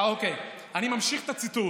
אני ממשיך את הציטוט.